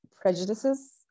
prejudices